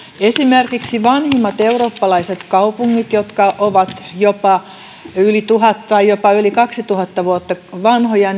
esimerkiksi vanhimpien eurooppalaisten kaupunkien jotka ovat yli tuhat tai jopa yli kaksituhatta vuotta vanhoja